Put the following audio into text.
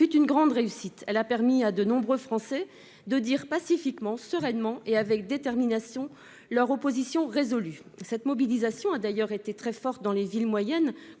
fut une grande réussite. Elle a permis à de nombreux Français de dire pacifiquement, sereinement et avec détermination leur opposition résolue à ce texte. Cette mobilisation a d'ailleurs été très forte dans les villes moyennes,